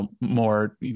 more